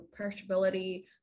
perishability